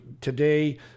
today